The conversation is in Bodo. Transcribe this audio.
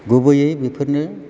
गुबैयै बेफोरनो